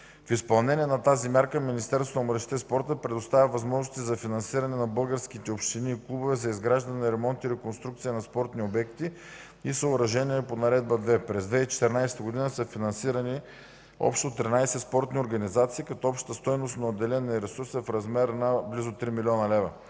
В изпълнение на тази мярка Министерството на младежта и спорта предоставя възможности за финансиране на българските общини и клубове за изграждане, ремонти и реконструкция на спортни обекти и съоръжения по Наредба № 2. През 2014 г. са финансирани общо 13 спортни организации, като общата стойност на отделения ресурс е в размер близо на 3 млн. лв.